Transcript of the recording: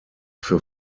für